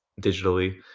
digitally